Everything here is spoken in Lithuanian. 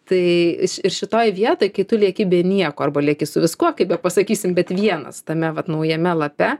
tai ir šitoj vietoj kai tu lieki be nieko arba lieki su viskuo kaip bepasakysim bet vienas tame vat naujame lape